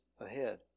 ahead